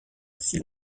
aussi